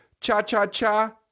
cha-cha-cha